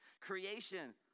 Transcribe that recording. Creation